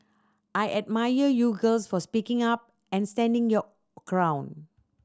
I admire you girls for speaking up and standing your ground